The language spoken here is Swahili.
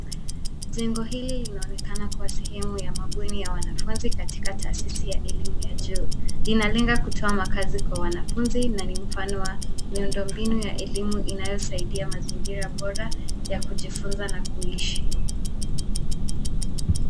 Jengo hili linaonekana kuwa sehemu ya mabweni ya wanafunzi katika tahasisi ya elimu ya juu inalenga kutoa makaazi kwa wanafunzi na ni mfano wa miundo mbinu ya elimu inayosaidia mazingira bora ya kujifunza na kuishi.